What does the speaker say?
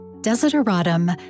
Desideratum